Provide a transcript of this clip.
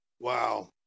wow